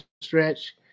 stretch